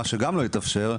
מה שגם לא התאפשר,